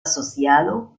asociado